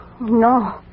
No